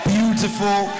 Beautiful